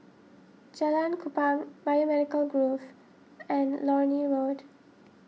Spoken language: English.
Jalan Kupang Biomedical Grove and Lornie Road